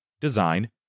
design